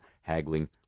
haggling